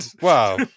Wow